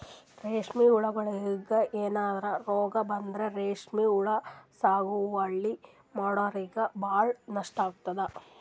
ರೇಶ್ಮಿ ಹುಳಗೋಳಿಗ್ ಏನರೆ ರೋಗ್ ಬಂದ್ರ ರೇಶ್ಮಿ ಹುಳ ಸಾಗುವಳಿ ಮಾಡೋರಿಗ ಭಾಳ್ ನಷ್ಟ್ ಆತದ್